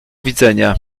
widzenia